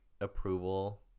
approval